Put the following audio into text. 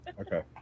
Okay